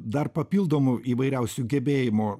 dar papildomų įvairiausių gebėjimų